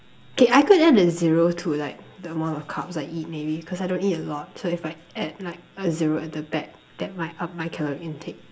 K I could add a zero to like the amount of carbs I eat maybe cause I don't eat a lot so if I add like a zero at the back that might up my calorie intake